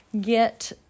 get